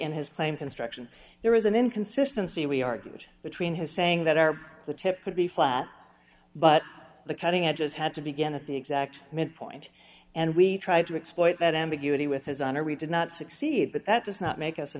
in his claim construction there was an inconsistency we argued between his saying that are the tip could be flat but the cutting edges had to begin at the exact midpoint and we tried to exploit that ambiguity with his honor we did not succeed but that does not make us